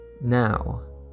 Now